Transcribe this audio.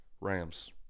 Rams